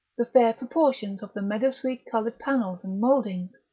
the fair proportions of the meadowsweet-coloured panels and mouldings,